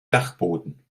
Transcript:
dachboden